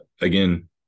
Again